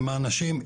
עם האנשים,